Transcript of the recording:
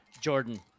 Jordan